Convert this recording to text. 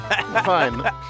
Fine